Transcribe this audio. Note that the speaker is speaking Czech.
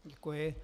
Děkuji.